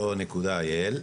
toto.acc.co.il.